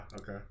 okay